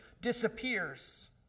disappears